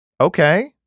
Okay